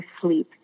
sleep